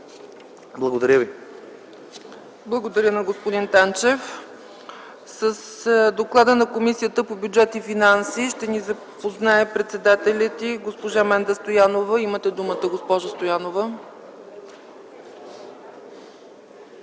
ЦЕЦКА ЦАЧЕВА: Благодаря на господин Танчев. С доклада на Комисията по бюджет и финанси ще ни запознае председателят й госпожа Менда Стоянова. Имате думата, госпожо Стоянова.